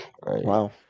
Wow